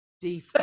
deep